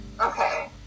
Okay